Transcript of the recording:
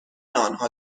آنها